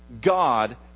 God